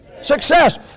Success